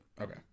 Okay